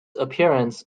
appearance